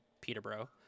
peterborough